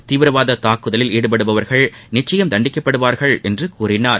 தீவிரவாத தாக்குதலில் ஈடுபடுபவர்கள் நிச்சயம் தண்டிக்கப்படுவார்கள் என்று கூறினார்